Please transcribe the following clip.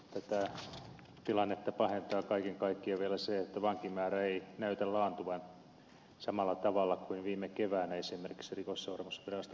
tätä tilannetta pahentaa kaiken kaikkiaan vielä se että vankimäärä ei näytä laantuvan samalla tavalla kuin viime keväänä esimerkiksi rikosseuraamusviraston laskelmissa oletettiin